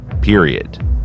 Period